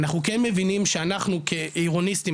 אנחנו כן מבינים שאנחנו כעירוניסטים,